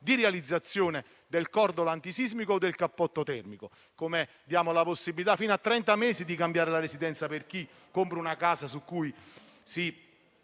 di realizzazione del cordolo antisismico o del cappotto termico, come diamo la possibilità fino a trenta mesi di cambiare la residenza per chi compra una casa su cui si